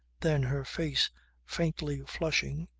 then, her face faintly flushing,